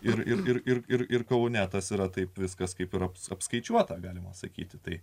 ir ir kaune tas yra taip viskas kaip ir apskaičiuota galima sakyti tai